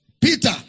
Peter